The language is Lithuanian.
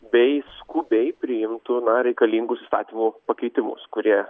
bei skubiai priimtų na reikalingus įstatymų pakeitimus kurie